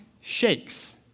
shakes